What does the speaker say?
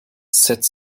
sept